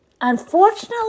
Unfortunately